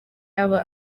aba